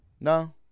No